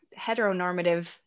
heteronormative